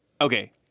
okay